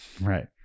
right